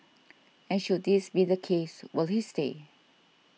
and should this be the case will they stay